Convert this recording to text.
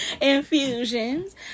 Infusions